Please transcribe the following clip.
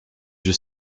yeux